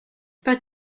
pas